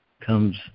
comes